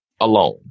alone